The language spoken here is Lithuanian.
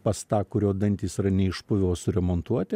pas tą kurio dantys yra neišpuvę o suremontuoti